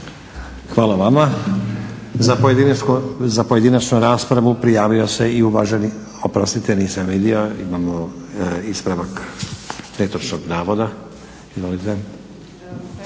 Hvala vama. Za pojedinačnu raspravu prijavio se i uvaženi, oprostite nisam vidio. Imamo ispravak netočnog navoda.